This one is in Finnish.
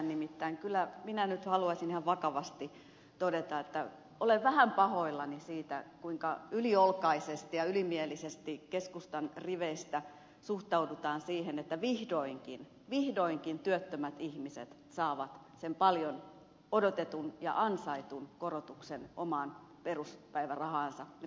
nimittäin kyllä minä nyt haluaisin ihan vakavasti todeta että olen vähän pahoillani siitä kuinka yliolkaisesti ja ylimielisesti keskustan riveistä suhtaudutaan siihen että vihdoinkin vihdoinkin työttömät ihmiset saavat sen paljon odotetun ja ansaitun korotuksen omaan peruspäivärahaansa ja työttömyysturvaansa